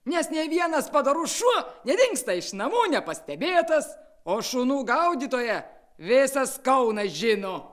nes nė vienas padorus šuo nedingsta iš namų nepastebėtas o šunų gaudytoją visas kaunas žino